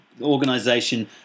organization